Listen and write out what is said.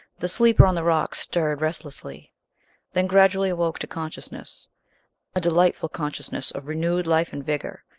the sleeper on the rocks stirred restlessly then gradually awoke to consciousness a delightful consciousness of renewed life and vigor,